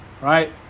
Right